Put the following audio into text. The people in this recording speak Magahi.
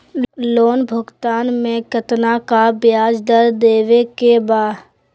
लोन भुगतान में कितना का ब्याज दर देवें के बा?